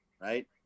right